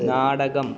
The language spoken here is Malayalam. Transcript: നാടകം